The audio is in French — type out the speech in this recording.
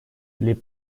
les